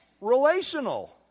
relational